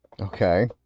Okay